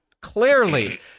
Clearly